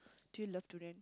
do you love durian